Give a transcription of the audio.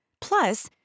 Plus